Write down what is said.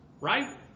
Right